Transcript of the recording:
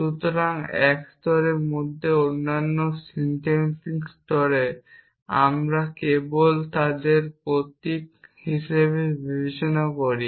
সুতরাং এক স্তরের মধ্যে অন্যান্য সিনট্যাক্টিক স্তরে আমরা কেবল তাদের প্রতীক হিসাবে বিবেচনা করি